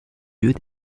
yeux